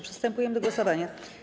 Przystępujemy do głosowania.